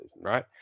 right